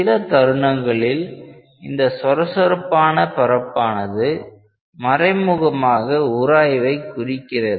சில தருணங்களில் இந்த சொரசொரப்பான பரப்பானது மறைமுகமாக உராய்வை குறைக்கிறது